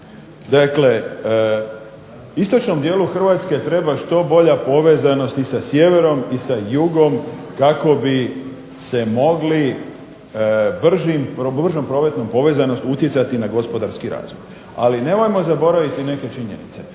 dakle istočnom dijelu Hrvatske treba što bolja povezanost i sa sjeverom i sa jugom kako bi se mogli bržom provedbom povezanost uticati na gospodarski razvoj. Ali nemojmo zaboraviti i neke činjenice.